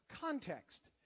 context